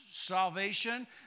salvation